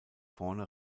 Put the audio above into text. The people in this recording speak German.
vorne